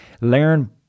Learn